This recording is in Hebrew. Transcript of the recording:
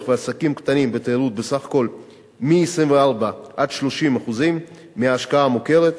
ועסקים קטנים בתיירות בסך 24% 30% מההשקעה המוכרת,